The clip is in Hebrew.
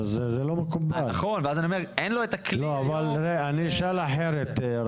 אני אשאל אחרת.